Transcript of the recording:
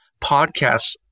podcasts